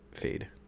Fade